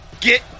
Get